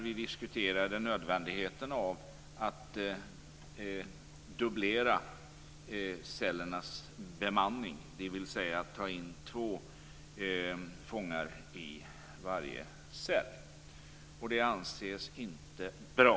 Då diskuterade vi nödvändigheten att dubblera bemanningen i cellerna, dvs. att ta in två fångar i varje cell. Det anses inte bra.